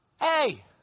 hey